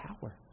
power